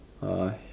uh why